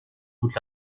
toute